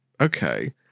okay